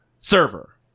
server